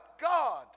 God